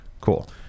Cool